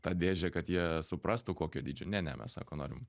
tą dėžę kad jie suprastų kokio dydžio ne ne mes sako norim